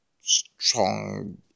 strong